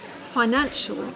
financial